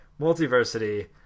multiversity